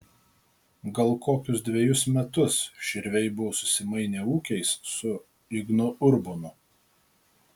gal kokius dvejus metus širviai buvo susimainę ūkiais su ignu urbonu